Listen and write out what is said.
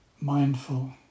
mindful